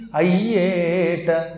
ayeta